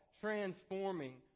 transforming